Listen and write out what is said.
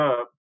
up